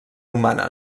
humana